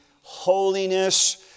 holiness